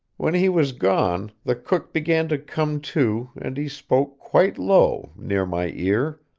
when he was gone, the cook began to come to, and he spoke quite low, near my ear.